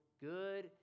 good